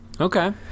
Okay